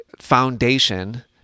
foundation